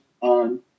on